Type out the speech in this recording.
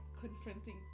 confronting